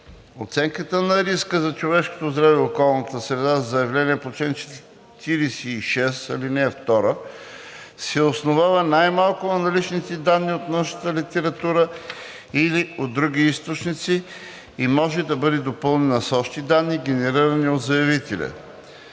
Оценката на риска за човешкото здраве и околната среда за заявления по чл. 46, ал. 2 се основава най-малко на наличните данни от научната литература или от други източници и може да бъде допълнена с още данни, генерирани от заявителя.